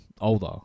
older